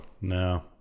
No